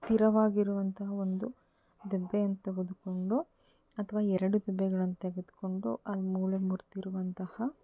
ಸ್ಥಿರವಾಗಿರುವಂತಹ ಒಂದು ದಬ್ಬೆಯನ್ನು ತೆಗೆದುಕೊಂಡು ಅಥವಾ ಎರಡು ದಬ್ಬೆಗಳನ್ನು ತೆಗೆದುಕೊಂಡು ಆ ಮೂಳೆ ಮುರಿದಿರುವಂತಹ